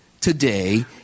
today